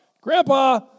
Grandpa